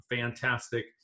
fantastic